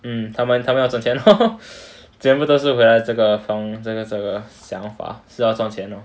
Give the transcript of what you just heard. mm 他们他们要赚钱 lor 全部都是为了这个这个想法是要赚钱 lor